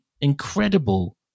incredible